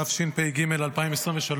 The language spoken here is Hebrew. התשפ"ג 2023,